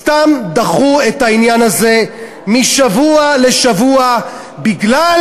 סתם דחו את העניין הזה משבוע לשבוע בגלל